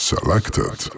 Selected